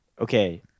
Okay